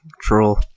troll